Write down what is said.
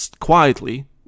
quietly